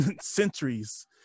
centuries